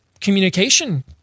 Communication